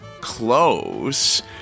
close